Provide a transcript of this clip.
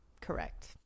correct